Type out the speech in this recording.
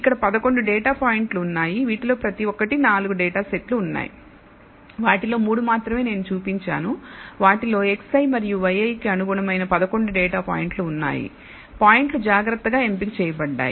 ఇక్కడ 11 డేటా పాయింట్లు ఉన్నాయి వీటిలో ప్రతి ఒక్కటి 4 డేటా సెట్ ఉన్నాయి వాటిలో 3 మాత్రమే నేను చూపించాను వాటిలో xi మరియు yi కి అనుగుణమైన 11 డేటా పాయింట్లు ఉన్నాయి పాయింట్లు జాగ్రత్తగా ఎంపిక చేయబడ్డాయి